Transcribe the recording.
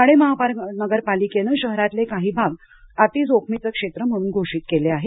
ठाणे महानगरपालिकेनं शहरातले काही भाग अतिजोखमीचे क्षेत्र म्हणून घोषित केले आहेत